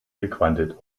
gequantelt